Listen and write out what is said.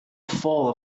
full